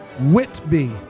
Whitby